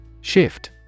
Shift